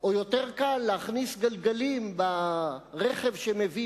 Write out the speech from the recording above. או שיותר קל להכניס מקלות בגלגלים של הרכב שמביא